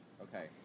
Okay